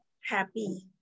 happy